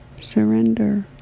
surrender